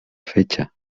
fecha